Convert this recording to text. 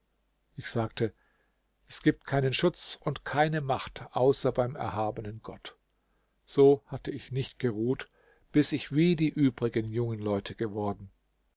ich sagte es gibt keinen schutz und keine macht außer beim erhabenen gott so hatte ich nicht geruht bis ich wie die übrigen jungen leute geworden